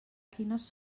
quines